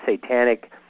satanic